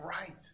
right